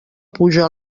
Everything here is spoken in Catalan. puja